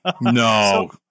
No